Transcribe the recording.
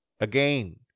again